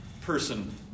person